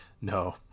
No